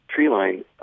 treeline